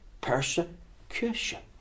persecution